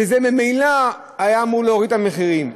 וזה ממילא היה אמור להוריד את המחירים.